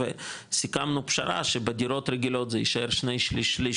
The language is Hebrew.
וסיכמנו פשרה שבדירות רגילות זה יישאר שני שליש/שליש,